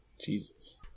Jesus